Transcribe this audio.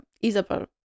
Isabel